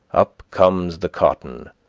up comes the cotton,